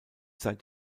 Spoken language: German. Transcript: seit